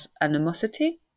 animosity